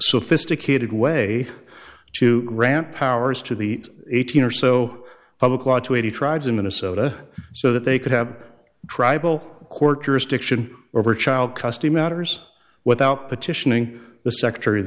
sophisticated way to grant powers to the eighteen or so public law to eighty tribes in minnesota so that they could have tribal court jurisdiction over child custody matters without petitioning the secretar